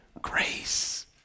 grace